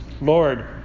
Lord